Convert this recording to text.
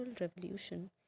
Revolution